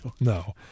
No